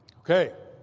ok.